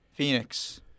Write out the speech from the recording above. Phoenix